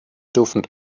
dürfen